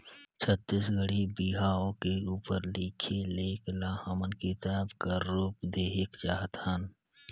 छत्तीसगढ़ी बिहाव के उपर लिखे लेख ल हमन किताब कर रूप देहेक चाहत हन